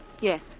Yes